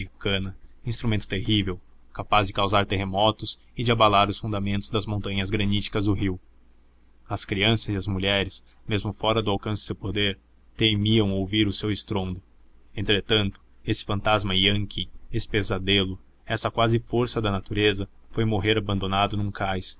americana instrumento terrível capaz de causar terremotos e de abalar os fundamentos das montanhas graníticas do rio as crianças e as mulheres mesmo fora do alcance de seu poder temiam ouvir o seu estrondo entretanto esse fantasma yankee esse pesadelo essa quase força da natureza foi morrer abandonado num cais